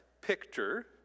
picture